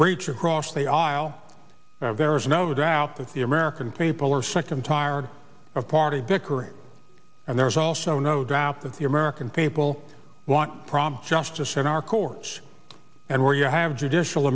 reach across the aisle there is no doubt that the american people are sick and tired of party dickering and there's also no doubt that the american people want prompt justice in our courts and where you have judicial